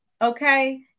Okay